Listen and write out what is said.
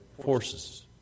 forces